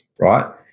right